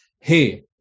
hey